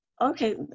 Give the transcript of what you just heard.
Okay